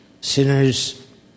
sinners